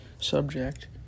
subject